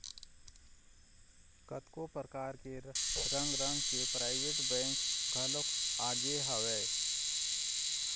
कतको परकार के रंग रंग के पराइवेंट बेंक घलोक आगे हवय